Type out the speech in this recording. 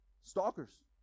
Stalkers